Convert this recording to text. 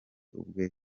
ubwe